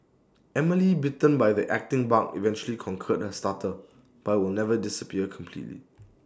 Emily bitten by the acting bug eventually conquered her stutter but will never disappear completely